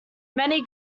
many